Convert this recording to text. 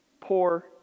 poor